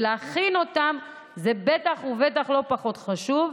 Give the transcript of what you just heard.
והכנתם זה בטח ובטח לא פחות חשוב.